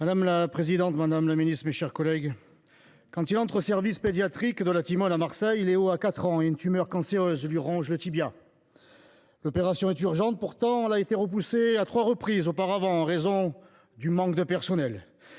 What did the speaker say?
Madame la présidente, madame la ministre, mes chers collègues, quand il entre au service pédiatrique de la Timone, à Marseille, Léo a 4 ans et une tumeur cancéreuse lui ronge le tibia. L’opération est urgente ; pourtant, elle a été reportée à trois reprises auparavant, en raison du manque de personnel.